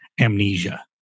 Amnesia